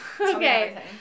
Okay